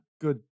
Good